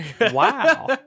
Wow